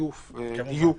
שיוף ודיוק